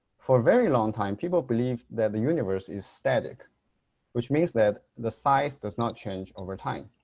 for very long time, people believe that the universe is static which means that the size does not change over time.